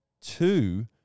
Two